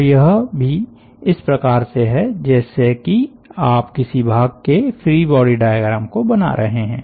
तो यह भी इस प्रकार से हैं जैसे कि आप किसी भाग के फ्री बॉडी डायाग्राम को बना रहे हैं